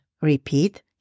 Repeat